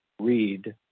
read